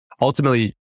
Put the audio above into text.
ultimately